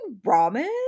ramen